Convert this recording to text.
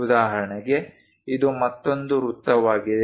ಉದಾಹರಣೆಗೆ ಇದು ಮತ್ತೊಂದು ವೃತ್ತವಾಗಿದೆ